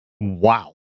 Wow